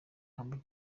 humble